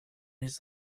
his